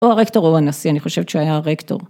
או הרקטור או הנשיא, אני חושבת שהיה הרקטור.